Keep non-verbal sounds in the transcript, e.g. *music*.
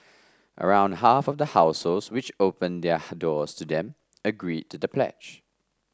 around half of the households which opened their *unintelligible* doors to them agreed to the pledge